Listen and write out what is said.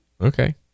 Okay